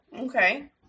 Okay